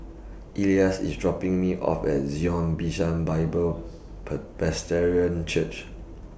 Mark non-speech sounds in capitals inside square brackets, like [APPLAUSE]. Elias IS dropping Me off At Zion Bishan Bible [UNINTELLIGIBLE] Church